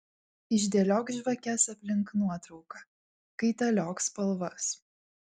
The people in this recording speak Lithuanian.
išdėliok žvakes aplink nuotrauką kaitaliok spalvas